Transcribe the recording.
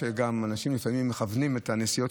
זה אומר שאתה עובד עד מאוחר